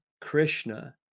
Krishna